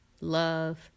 love